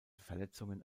verletzungen